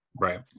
Right